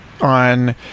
on